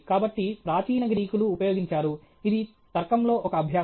కాబట్టి ప్రాచీన గ్రీకులు ఉపయోగించారు ఇది తర్కంలో ఒక అభ్యాసం